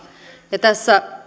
ja tässä